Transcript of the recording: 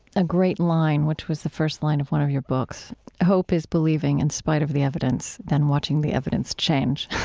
a great line, which was the first line of one of your books hope is believing in spite of the evidence, then watching the evidence change.